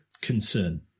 concern